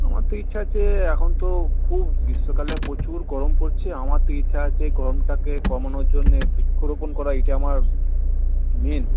আমার তো ইচ্ছা আছে এখন তো খুব গ্রীষ্মকালে প্রচুর গরম পড়ছে আমার তো ইচ্ছা আছে গরমটাকে কমানোর জন্যে বৃক্ষরোপণ করা এইটা আমার মেন